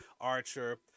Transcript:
Archer